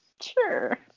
Sure